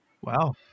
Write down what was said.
Wow